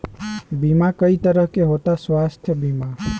बीमा कई तरह के होता स्वास्थ्य बीमा?